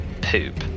Poop